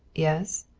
yes?